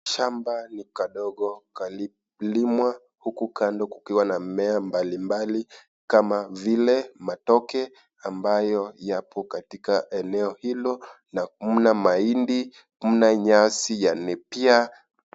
Shamba ni kadogo kamelimwa huku kando kukiwa na mmea mbali mbali kama vile matoke ambayo yapo katika eneo hilo, na mna mahindi, mna nyasi ya nepia.